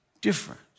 different